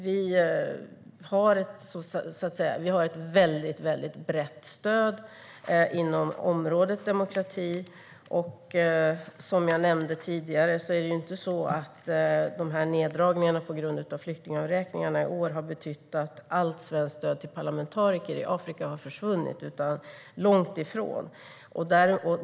Vi har ett väldigt brett stöd inom området demokrati. Som jag nämnde tidigare har inte neddragningarna på grund av avräkningarna för flyktingmottagandet i år betytt att allt svenskt stöd till parlamentariker i Afrika har försvunnit - långt ifrån.